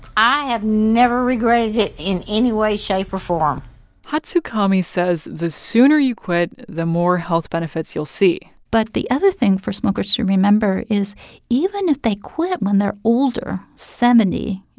i have never regretted it in any way, shape or form hatsukami says the sooner you quit, the more health benefits you'll see but the other thing for smokers to remember is even if they quit when they're older seventy, you